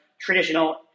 traditional